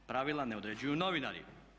Pravila ne određuju novinari.